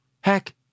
Heck